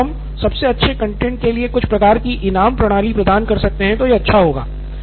तो अगर हम सबसे अच्छे कंटैंट के लिए कुछ प्रकार की इनाम प्रणाली प्रदान कर सकें तो यह अच्छा रहेगा